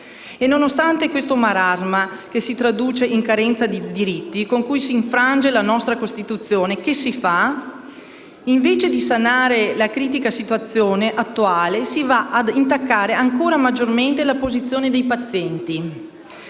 Nonostante questo marasma, che si traduce in carenza di diritti con cui si infrange la nostra Costituzione, che si fa? Invece di sanare la critica situazione attuale si va ad intaccare ancora maggiormente la posizione dei pazienti.